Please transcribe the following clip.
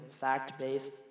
fact-based